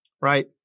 right